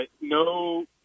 no